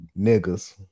niggas